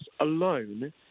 alone